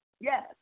Yes